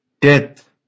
death